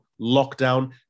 Lockdown